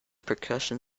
percussion